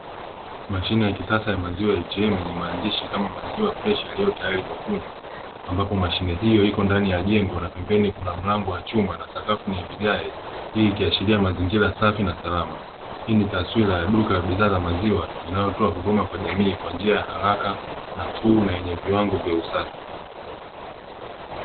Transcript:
Mashine ya kisasa ya maziwa ya atm yenye maandishi kama ''maziwa freshi yaliyotayari kwa kunywa''. Ambapo mashine hiyo iko ndani ya jengo na pembeni kuna mlango wa chuma na sakafu ni ya vigae. Hii ikiashiria mazingira safi na salama. Hii ni taswira ya duka bidhaa za maziwa inayotoa huduma kwa jamii, kwa njia ya haraka nafuu na yenye viwango vya usafi.